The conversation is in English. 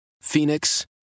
Phoenix